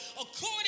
According